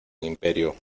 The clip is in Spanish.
imperio